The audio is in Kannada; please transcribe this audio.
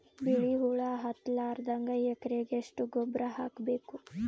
ಬಿಳಿ ಹುಳ ಹತ್ತಲಾರದಂಗ ಎಕರೆಗೆ ಎಷ್ಟು ಗೊಬ್ಬರ ಹಾಕ್ ಬೇಕು?